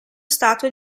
statue